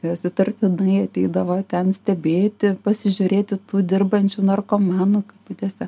jos įtartinai ateidavo ten stebėti pasižiūrėti tų dirbančių narkomanų kabutėse